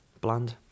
Bland